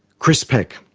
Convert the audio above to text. chris peck.